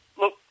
Look